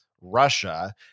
Russia